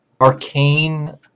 arcane